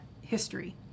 history